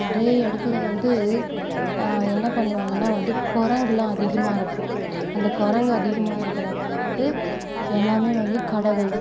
நிறைய இடத்துல வந்து என்ன பண்ணுவாங்கனால் வந்து குரங்குலாம் அதிகமாக இருக்கும் அந்த குரங்கு அதிகமாக இருக்கிற இடத்துல வந்து எல்லாமே வந்து கடவுள்